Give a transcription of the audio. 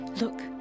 Look